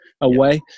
away